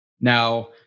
now